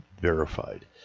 verified